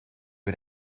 but